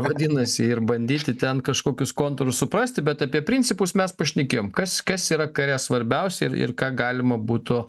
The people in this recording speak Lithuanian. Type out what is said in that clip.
vadinasi ir bandyti ten kažkokius kontūrus suprasti bet apie principus mes pašnekėjom kas kas yra kare svarbiausia ir ir ką galima būtų